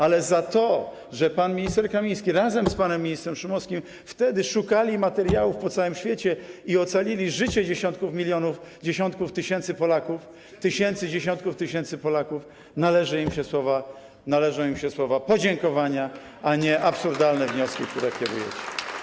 Ale za to, że pan minister Kamiński razem z panem ministrem Szumowskim wtedy szukali materiałów po całym świecie i ocalili życie dziesiątków milionów, dziesiątków tysięcy Polaków, tysięcy, dziesiątków tysięcy Polaków, należą im się słowa podziękowania, a nie absurdalne wnioski, które kierujecie.